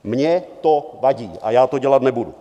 Mně to vadí a já to dělat nebudu.